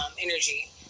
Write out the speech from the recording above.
energy